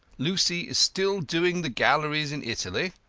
lucy is still doing the galleries in italy.